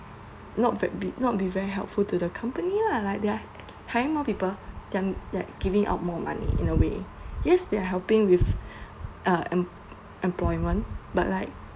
not very be not be very helpful to the company lah like their hiring more people they're that giving out more money in a way yes they are helping with uh em~ employment but like